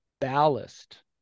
ballast